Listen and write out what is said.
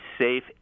safe